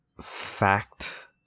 fact